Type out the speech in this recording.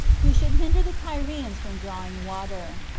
who should hinder the tyrians from drawing water.